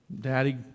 Daddy